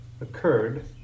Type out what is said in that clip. occurred